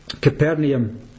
Capernaum